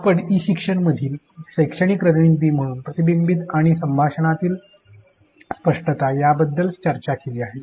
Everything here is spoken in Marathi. आपण ई शिक्षण मधील शैक्षणिक रणनीती म्हणून प्रतिबिंबीत आणि संभाषणातील स्पष्टता याबद्दल चर्चा केली आहे